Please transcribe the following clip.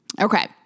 Okay